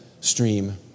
stream